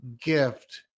gift